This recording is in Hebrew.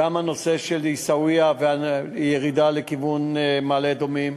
גם הנושא של עיסאוויה והירידה לכיוון מעלה-אדומים,